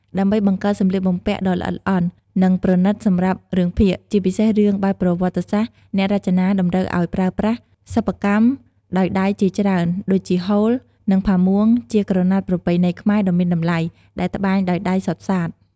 ដើម្បីបង្កើតសម្លៀកបំពាក់ដ៏ល្អិតល្អន់ និងប្រណិតសម្រាប់រឿងភាគ ជាពិសេសរឿងបែបប្រវត្តិសាស្ត្រ អ្នករចនាតម្រូវឱ្យប្រើប្រាស់ សិប្បកម្មដោយដៃជាច្រើន ដូចជាហូល និងផាមួងជាក្រណាត់ប្រពៃណីខ្មែរដ៏មានតម្លៃ ដែលត្បាញដោយដៃសុទ្ធសាធ។